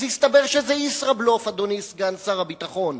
אז הסתבר שזה ישראבלוף, אדוני סגן שר הביטחון,